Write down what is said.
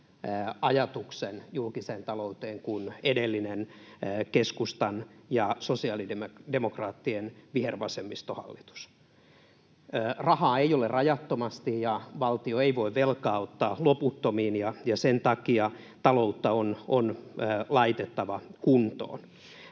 ajatuksen julkiseen talouteen kuin edellinen keskustan ja sosiaalidemokraattien vihervasemmistohallitus. Rahaa ei ole rajattomasti, ja valtio ei voi velkaa ottaa loputtomiin, ja sen takia taloutta on laitettava kuntoon.